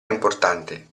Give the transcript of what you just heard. importante